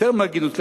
יותר מהגינות,